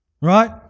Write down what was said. right